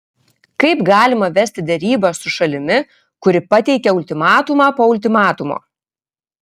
kaip galima vesti derybas su šalimi kuri pateikia ultimatumą po ultimatumo